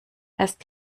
erst